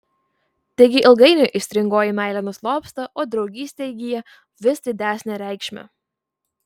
taigi ilgainiui aistringoji meilė nuslopsta o draugystė įgyja vis didesnę reikšmę